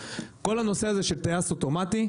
כל הנושא הזה של טייס אוטומטי,